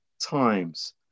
times